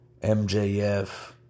MJF